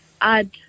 add